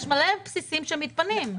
יש הרבה בסיסים שמתפנים.